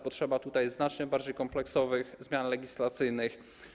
Potrzeba tutaj znacznie bardziej kompleksowych zmian legislacyjnych.